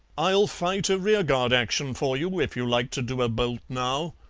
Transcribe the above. i'll fight a rearguard action for you if you like to do a bolt now,